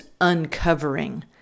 uncovering